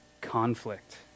conflict